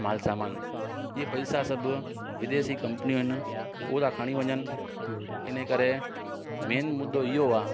माल सामान जे पैसा सभु विदेशी कंपनियूं आहिनि उहे था खणी वञनि इन करे मेन मुदो इहो आहे